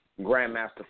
Grandmaster